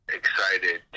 excited